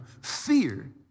Fear